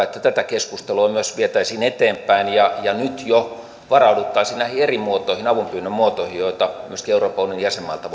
että tätä keskustelua myös vietäisiin eteenpäin ja ja nyt jo varauduttaisiin näihin eri avunpyynnön muotoihin joita myöskin euroopan unionin jäsenmailta